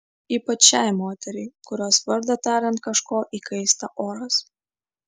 ypač šiai moteriai kurios vardą tariant kažko įkaista oras